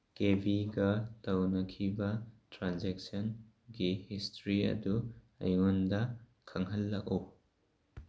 ꯀꯦꯕꯤꯒ ꯇꯧꯅꯈꯤꯕ ꯇ꯭ꯔꯥꯟꯖꯦꯛꯁꯟꯒꯤ ꯍꯤꯁꯇ꯭ꯔꯤ ꯑꯗꯨ ꯑꯩꯉꯣꯟꯗ ꯈꯪꯍꯜꯂꯛꯎ